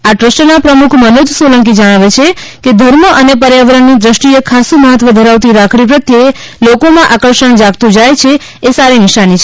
આ ટ્રસ્ટ ના પ્રમુખ મનોજ સોલંકી જણાવે છે કે ધર્મ અને પર્યાવરણ ની દ્રષ્ટિ એ ખાસ્સું મહત્વ ધરાવતી રાખડી પ્રત્યે લોકો માં આકર્ષણ જાગતું જાય છે એ સારી નિશાની છે